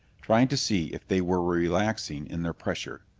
trying to see if they were relaxing in their pressure.